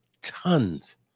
tons